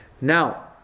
Now